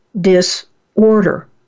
disorder